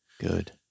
Good